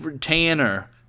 tanner